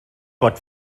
pot